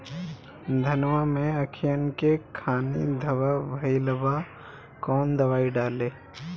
धनवा मै अखियन के खानि धबा भयीलबा कौन दवाई डाले?